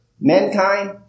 Mankind